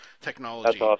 technology